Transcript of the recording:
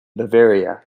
bavaria